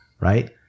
Right